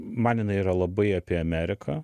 man jinai yra labai apie ameriką